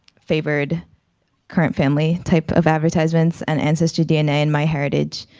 favored current family type of advertisements and ancestry dna and my heritage,